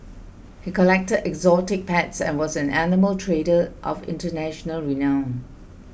he collected exotic pets and was an animal trader of international renown